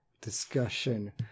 discussion